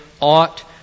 ought